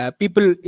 people